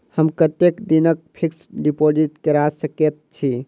हम कतेक दिनक फिक्स्ड डिपोजिट करा सकैत छी?